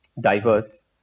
diverse